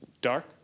Dark